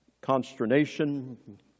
consternation